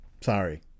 Sorry